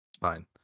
Fine